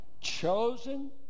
chosen